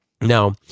Now